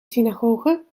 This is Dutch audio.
synagoge